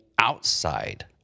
outside